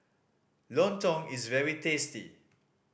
lontong is very tasty